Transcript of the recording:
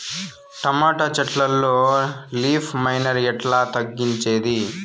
Tomato చెట్లల్లో leaf miner ఎట్లా తగ్గించేది?